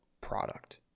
product